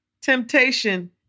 temptation